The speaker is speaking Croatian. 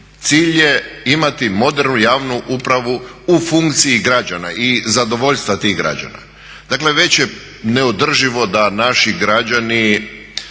cilj je imati modernu javnu upravu u funkciji građana i zadovoljstva tih građana. Dakle, već je neodrživo da naši građani